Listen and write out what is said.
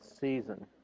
season